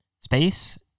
space